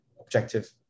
objective